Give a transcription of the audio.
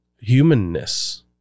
humanness